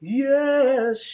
yes